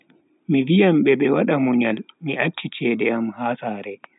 Mi viyan be wada munyal mi acchi cede am ha sare.